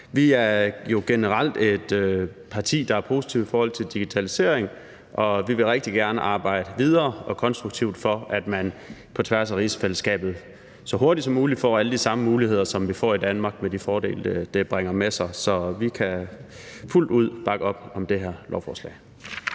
Vi er jo generelt et parti, der er positive i forhold til digitalisering, og vi vil rigtig gerne arbejde videre og konstruktivt for, at man på tværs af rigsfællesskabet så hurtigt som muligt får alle de samme muligheder, som vi får i Danmark med de fordele, det bringer med sig. Så vi kan fuldt ud bakke op om det her lovforslag.